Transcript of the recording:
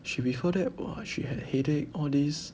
she before that !wah! she had headache all these